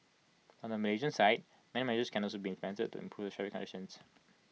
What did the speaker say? on the Malaysian side many measures can also be implemented to improve the traffic conditions